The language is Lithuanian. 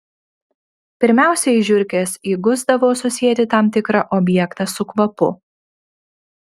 pirmiausiai žiurkės įgusdavo susieti tam tikrą objektą su kvapu